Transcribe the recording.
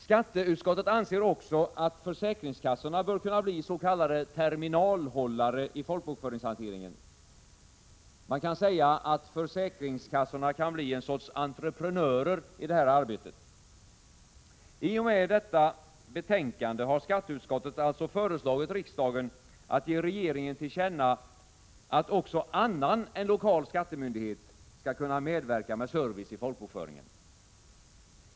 Skatteutskottet anser också att försäkringskassorna bör kunna bli s.k. terminalhållare i folkbokföringshanteringen. Man kan säga, att försäkringskassorna kan bli en sorts entreprenörer i det här arbetet. I och med detta betänkande har skatteutskottet alltså föreslagit riksdagen att ge regeringen till känna att också annan än lokal skattemyndighet skall kunna medverka med service i folkbokföringen.